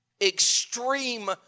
Extreme